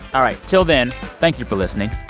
all right. until then, thank you for listening.